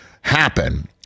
happen